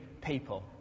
people